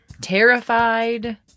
terrified